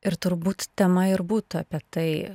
ir turbūt tema ir būtų apie tai